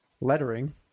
lettering